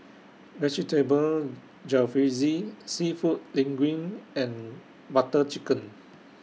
Vegetable Jalfrezi Seafood Linguine and Butter Chicken